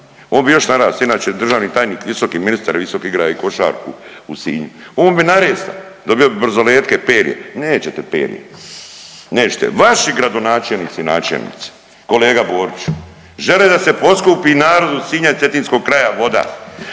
on bi još narastao. Inače, državni tajnik, visoki ministar, visoki, igra i košarku u Sinju, on bi naresta, dobio bi brzoletke, perje, nećete perje. Nećete. Vaši gradonačelnici i načelnici, kolega Boriću, žele da se poskupi narodu Sinja i cetinskog kraja voda,